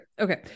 Okay